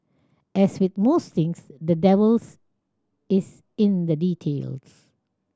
as with most things the devils is in the details